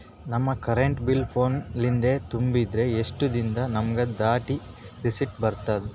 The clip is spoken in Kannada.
ನಮ್ ಕರೆಂಟ್ ಬಿಲ್ ಫೋನ ಲಿಂದೇ ತುಂಬಿದ್ರ, ಎಷ್ಟ ದಿ ನಮ್ ದಾಗ ರಿಸಿಟ ಬರತದ?